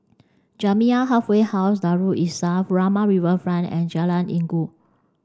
Jamiyah Halfway House Darul Islah Furama Riverfront and Jalan Inggu